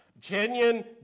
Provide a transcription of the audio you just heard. Genuine